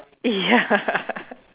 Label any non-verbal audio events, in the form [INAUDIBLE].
ya [LAUGHS]